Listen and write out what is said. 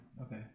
Okay